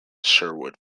sherwood